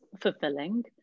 fulfilling